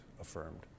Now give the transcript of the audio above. affirmed